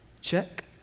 check